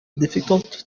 difficult